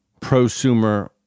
prosumer